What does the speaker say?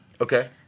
Okay